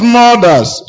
mothers